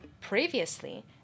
Previously